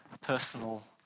personal